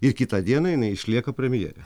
ir kitą dieną jinai išlieka premjerė